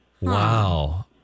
Wow